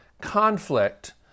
conflict